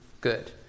good